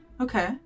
okay